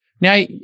Now